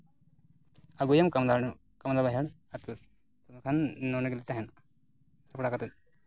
ᱟ ᱜᱩᱭᱟᱢ ᱠᱟᱢᱫᱟ ᱵᱟᱡᱟᱨ ᱛᱚᱵᱮ ᱠᱷᱟᱱ ᱱᱚᱰᱮ ᱜᱮᱞᱮ ᱛᱟᱦᱮᱱᱟ ᱥᱟᱯᱲᱟᱣ ᱠᱟᱛᱮ